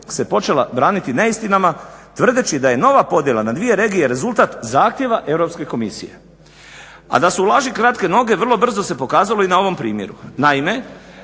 se počela braniti neistinama tvrdeći da je nova podjela na dvije regije rezultat zahtjeva Europske komisije. A da su u laži kratke noge vrlo brzo se pokazalo i na ovom primjeru. Naime,